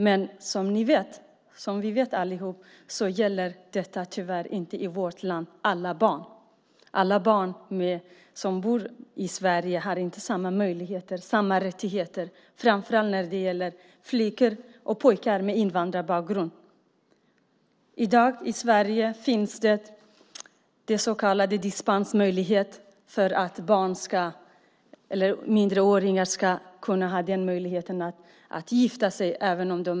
Men, som vi vet allihop, gäller detta tyvärr inte alla barn i vårt land. Alla barn som bor i Sverige har inte samma möjligheter, samma rättigheter. Framför allt gäller det flickor och pojkar med invandrarbakgrund. I dag i Sverige finns det en så kallad dispensmöjlighet för att minderåriga ska kunna gifta sig.